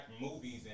movies